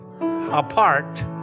apart